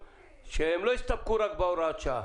שהם לא יסתפקו בהוראת השעה,